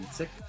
six